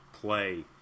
play